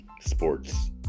sports